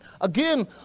Again